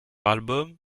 album